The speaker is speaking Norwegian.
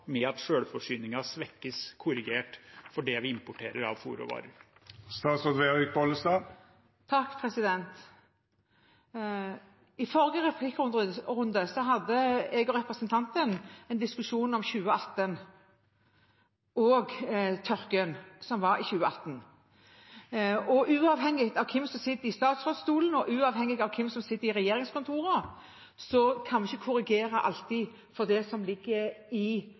med at selvforsyningen svekkes, korrigert for det vi importerer av fôrråvarer. I forrige replikkrunde hadde jeg og representanten en diskusjon om 2018, og tørken som var da. Uavhengig av hvem som sitter i statsrådstolen, og uavhengig av hvem som sitter i regjeringskontorene, kan vi ikke alltid korrigere for været, som